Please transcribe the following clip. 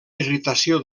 irritació